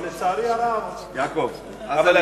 אבל, לצערי הרב, יעקב, אז הליכוד היה יכול.